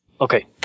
Okay